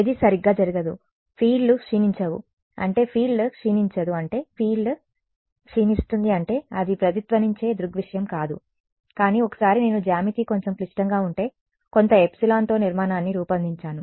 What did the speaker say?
ఏదీ సరిగ్గా జరగదు ఫీల్డ్లు క్షీణించవు అంటే ఫీల్డ్ క్షీణించదు అంటే ఫీల్డ్ క్షీణిస్తుంది అంటే అది ప్రతిధ్వనించే దృగ్విషయం కాదు కానీ ఒకసారి నేను జ్యామితి కొంచెం క్లిష్టంగా ఉంటే కొంత ఎప్సిలాన్తో నిర్మాణాన్ని రూపొందించాను